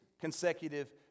consecutive